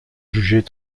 jugées